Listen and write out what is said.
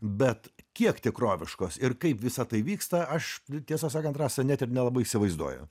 bet kiek tikroviškos ir kaip visa tai vyksta aš tiesą sakant rasa net ir nelabai įsivaizduoju